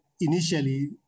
initially